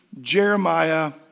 Jeremiah